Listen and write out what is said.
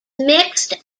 mixed